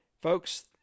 Folks